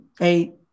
eight